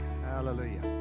Hallelujah